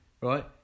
right